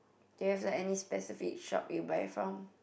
do you have any specific shop you buy from